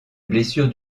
blessure